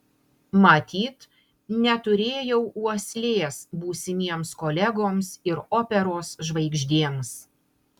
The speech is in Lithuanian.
matyt neturėjau uoslės būsimiems kolegoms ir operos žvaigždėms